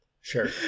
Sure